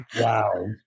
Wow